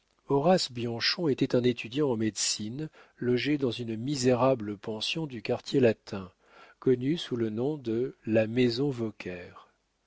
horace bianchon était un étudiant en médecine logé dans une misérable pension du quartier latin connue sous le nom de la maison vauquer ce